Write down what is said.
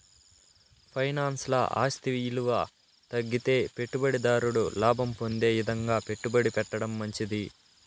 ఫైనాన్స్ల ఆస్తి ఇలువ తగ్గితే పెట్టుబడి దారుడు లాభం పొందే ఇదంగా పెట్టుబడి పెట్టడం మంచిది